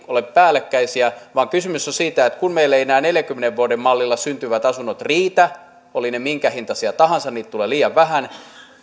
ole päällekkäisiä vaan kysymys on siitä että kun meillä eivät enää neljänkymmenen vuoden mallilla syntyvät asunnot riitä olivat ne minkä hintaisia tahansa niitä tulee liian vähän